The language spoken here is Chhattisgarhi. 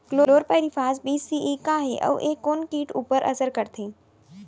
क्लोरीपाइरीफॉस बीस सी.ई का हे अऊ ए कोन किट ऊपर असर करथे?